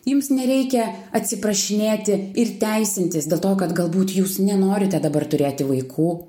jums nereikia atsiprašinėti ir teisintis dėl to kad galbūt jūs nenorite dabar turėti vaikų